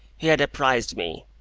he had apprised me,